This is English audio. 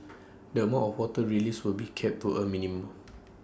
the amount of water released will be kept to A minimum